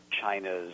China's